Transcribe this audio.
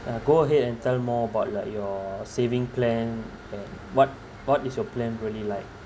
uh go ahead and tell more about like your saving plan and what what is your plan really like